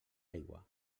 aigua